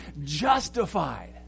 justified